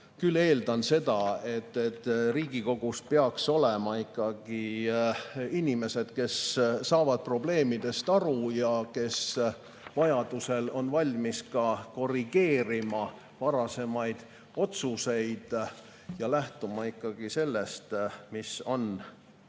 küll eeldan seda, et Riigikogus peaks olema ikkagi inimesed, kes saavad probleemidest aru ja kes vajadusel on valmis ka korrigeerima varasemaid otsuseid ja lähtuma sellest, mis on